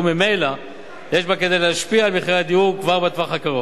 וממילא יש בו כדי להשפיע על מחירי הדיור כבר בטווח הקרוב.